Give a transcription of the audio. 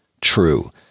true